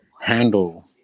handle